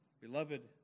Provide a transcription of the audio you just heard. Beloved